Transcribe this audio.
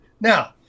Now